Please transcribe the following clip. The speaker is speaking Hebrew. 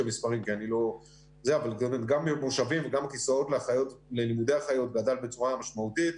המספרים אבל גם מושבים וגם כיסאות ללימודי אחיות גדל בצורה משמעותית,